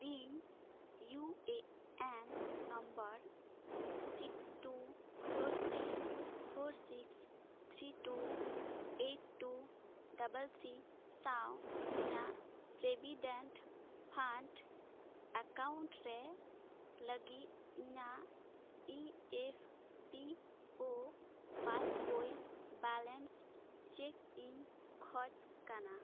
ᱤᱧ U A N number six two four three four six three two eight two double three ᱥᱟᱶ ᱤᱧᱟᱹᱜ provident fund account ᱨᱮ ᱞᱟᱹᱜᱤᱫ ᱤᱧᱟᱹᱜ E F P O passbook balance check ᱤᱧ ᱠᱷᱚᱡᱽ ᱠᱟᱱᱟ